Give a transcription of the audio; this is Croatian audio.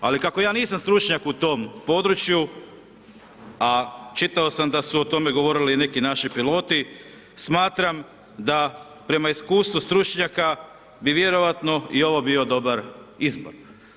Ali kako ja nisam stručnjak u tom području, a čitao sam da su o tome govorili i neki naši piloti, smatram da prema iskustvu stručnjaka bi vjerojatno i ovo bio dobar izbor.